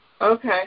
Okay